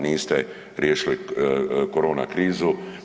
Niste riješili korona krizu.